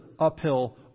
uphill